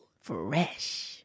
Fresh